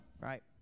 Right